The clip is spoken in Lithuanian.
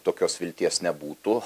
tokios vilties nebūtų